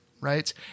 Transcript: Right